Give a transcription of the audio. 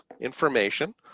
information